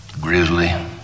grizzly